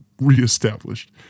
reestablished